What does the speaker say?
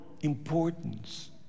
importance